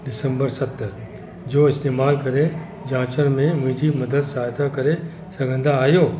डिसम्बर सत जो इस्तेमाल करे जाचण में मुंहिंजी मदद साहयता करे सघंदा आहियो